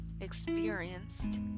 experienced